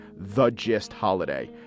THEGISTHOLIDAY